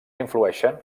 influeixen